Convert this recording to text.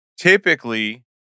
typically